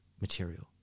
material